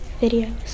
videos